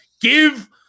give